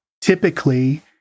typically